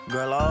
Girl